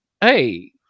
hey